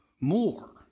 more